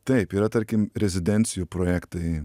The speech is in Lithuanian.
taip yra tarkim rezidencijų projektai